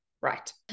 right